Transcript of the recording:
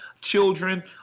children